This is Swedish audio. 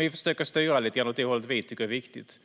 Vi försöker styra lite grann åt det håll som vi tycker är viktigt.